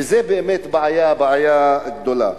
וזה באמת בעיה, בעיה גדולה.